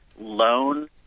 loan